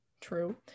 True